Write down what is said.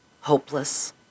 hopeless